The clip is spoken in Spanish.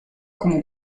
como